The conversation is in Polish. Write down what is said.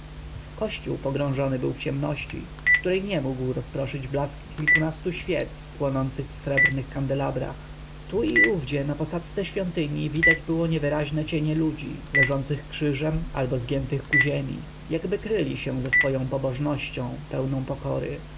kościół pogrążony był w ciemności której nie mógł rozproszyć blask kilkunastu świec płonących w srebrnych kandelabrach tu i owdzie na posadzce świątyni widać było niewyraźne cienie ludzi leżących krzyżem albo zgiętych ku ziemi jakby kryli się ze swoją pobożnością pełną pokory